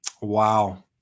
wow